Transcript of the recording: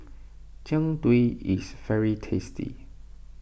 Jian Dui is very tasty